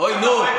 אוי,